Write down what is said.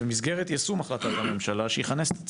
במסגרת יישום החלטת הממשלה, שיכנס את הצוות.